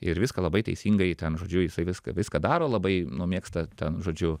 ir viską labai teisingai ten žodžiu jisai viską viską daro labai nu mėgsta ten žodžiu